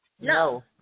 No